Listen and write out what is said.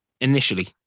initially